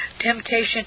temptation